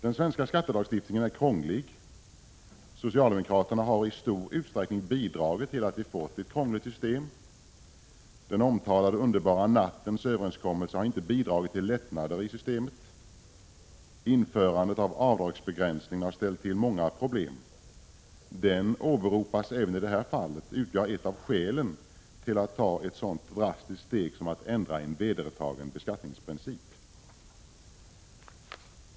Den svenska skattelagstiftningen är krånglig. Socialdemokraterna har i 189 stor utsträckning bidragit till att vi har fått ett krångligt system. Den omtalade underbara nattens överenskommelse har inte bidragit till lättnader i systemet. Införandet av avdragsbegränsningar har ställt till många problem. Den åberopas även i detta fall såsom ett av skälen till att ta ett sådant drastiskt steg som att ändra en vedertagen beskattningsprincip.